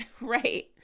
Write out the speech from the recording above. right